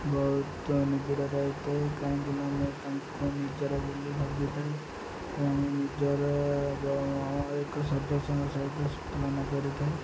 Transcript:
ବହୁତ ନିଜରତା ଥାଏ କାହିଁକିନା ନିଜର ବୋଲି ଭାବିଥାଏ ଏବଂ ନିଜର ଏକ ସଦସ୍ୟ ସହିତ ମନା କରିଥାଏ